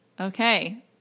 Okay